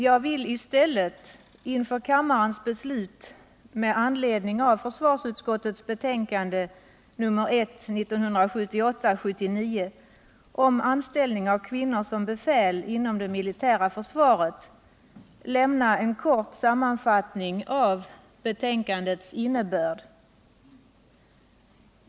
Jag vill i stället inför kammarens beslut med anledning av försvarsutskottets betänkande om anställning av kvinnor som befäl inom det militära försvaret lämna en kort sammanfattning av betänkandets innebörd.